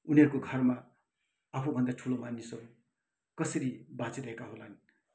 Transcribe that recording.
उनीहरूको घरमा आफू भन्दा ठुलो मानिसहरू कसरी बाँचिरहेका होलान्